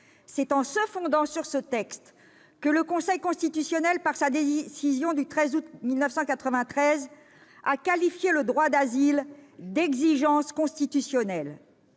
C'est en se fondant sur ce texte que le Conseil constitutionnel, dans sa décision du 13 août 1993, a qualifié le droit d'asile d'« exigence constitutionnelle